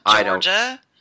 Georgia